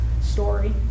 story